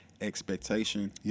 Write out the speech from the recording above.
expectation